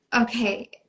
okay